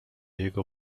jego